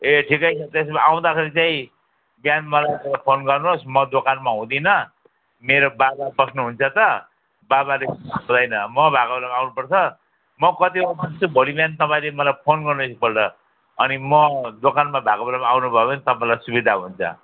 ए ठिकै छ त्यसोभए आउँदाखेरि चाहिँ बिहान मलाई फोन गर्नुहोस् म दोकानमा हुँदिन मेरो बाबा बस्नुहुन्छ त बाबाले म भएको बेलामा आउनुपर्छ म कतिबेला बस्छु भोलि बिहान तपाईँले मलाई फोन गर्नु एकपल्ट अनि म दोकानमा भएको बेलामा आउनुभयो भने तपाईँलाई सुविधा हुन्छ